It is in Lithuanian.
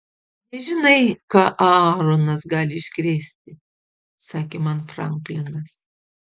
nežinai ką aaronas gali iškrėsti sakė man franklinas